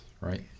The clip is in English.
right